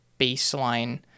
baseline